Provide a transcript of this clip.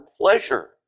pleasure